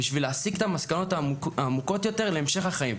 בשביל להסיק את המסקנות העמוקות יותר להמשך החיים.